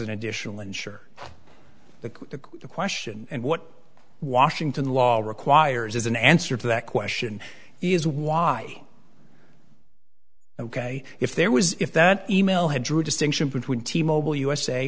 an additional ensure that the question and what washington law requires is an answer to that question is why ok if there was if that e mail had draw a distinction between t mobile u